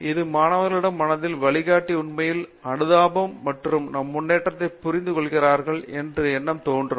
இது மாணவர்களிடம் மனதில் வழிகாட்டி உண்மையில் அனுதாபம் மற்றும் நம் முன்னேற்றதை புரிந்து கொள்கிறார் என்ற எண்ணம் தோன்றும்